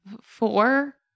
four